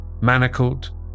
manacled